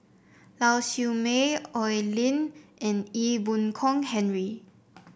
Lau Siew Mei Oi Lin and Ee Boon Kong Henry